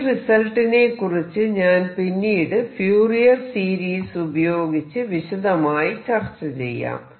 ഈ റിസൾട്ടിനെക്കുറിച്ച് ഞാൻ പിന്നീട് ഫ്യൂരിയർ സീരീസ് ഉപയോഗിച്ച് വിശദമായി ചർച്ച ചെയ്യാം